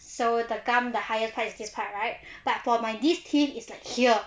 so the gum the higher part is this part right but for my this teeth is like here